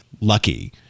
lucky